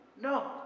No